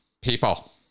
people